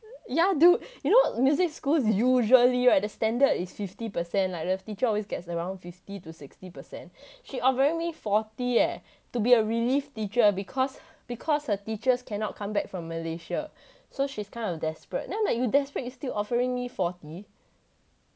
yeah dude you know music schools usually right the standard is fifty percent like the teacher always gets around fifty to sixty percent she offering me forty leh to be a relief teacher because because her teachers cannot come back from malaysia so she's kind of desperate then I'm like you desperate you still offering me forty